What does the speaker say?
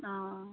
অঁ